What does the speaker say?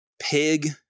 pig